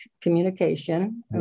communication